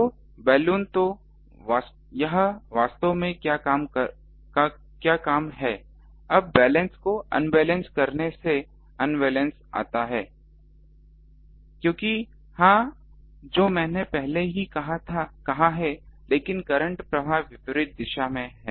तो बलून तो यह वास्तव में क्या काम है अब बैलेंस को अन बैलेंस करने से अन बैलेंस आता है क्योंकि हाँ जो मैंने पहले ही कहा है लेकिन करंट प्रवाह विपरीत दिशा में है